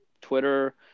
Twitter